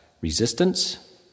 resistance